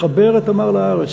לחבר את "תמר" לארץ.